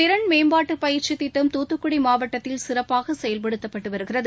திறன்மேம்பாட்டு பயிற்சி திட்டம் துத்துக்குடி மாவட்டத்தில் சிறப்பாக செயல்படுத்தப்பட்டு வருகிறது